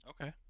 Okay